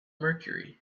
mercury